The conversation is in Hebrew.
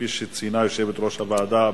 כפי שציינה יושבת-ראש הוועדה,